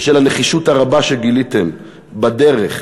בשל הנחישות הרבה שגיליתם בדרך,